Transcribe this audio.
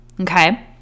Okay